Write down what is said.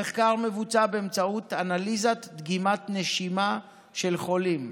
המחקר מבוצע באמצעות אנליזת דגימת נשימה של חולים.